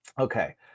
Okay